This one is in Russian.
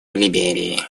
либерии